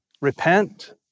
Repent